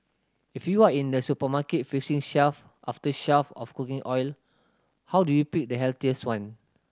if you are in a supermarket facing shelf after shelf of cooking oil how do you pick the healthiest one